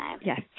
Yes